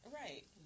Right